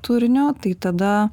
turinio tai tada